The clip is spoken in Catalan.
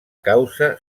causa